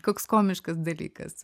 koks komiškas dalykas